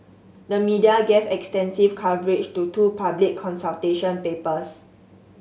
the media gave extensive coverage to two public consultation papers